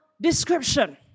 description